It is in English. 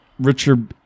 Richard